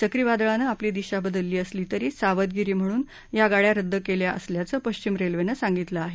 चक्रीवादळानं आपली दिशा बदलली असली तरी सावधगिरी म्हणून गाडया रद्द केल्या असल्याचं पश्चिम रेल्वेनं सांगितलं आह